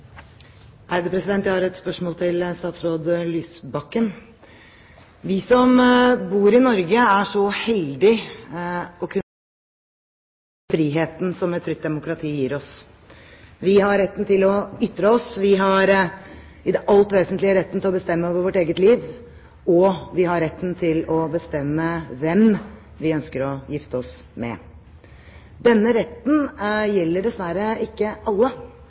så heldige å kunne nyte friheten som et trygt demokrati gir oss. Vi har retten til å ytre oss, vi har i det alt vesentlige retten til å bestemme over vårt eget liv, og vi har retten til å bestemme hvem vi ønsker å gifte oss med. Denne retten gjelder dessverre ikke alle